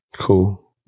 Cool